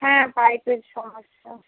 হ্যাঁ পাইপের সমস্যা